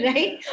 Right